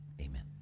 Amen